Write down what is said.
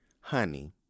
honey